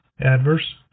Adverse